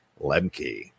Lemke